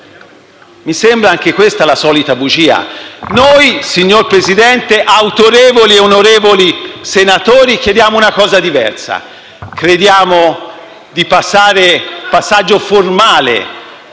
Mi sembra anche questa la solita bugia. Noi, signor Presidente, autorevoli e onorevoli senatori, chiediamo una cosa diversa: un passaggio formale